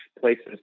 places